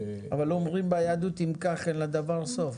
אבל לא אומרים ביהדות "אם כך אין לדבר סוף".